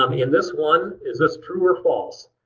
um in this one, is this true or false?